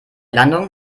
landung